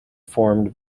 formed